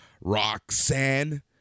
Roxanne